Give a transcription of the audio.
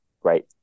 Great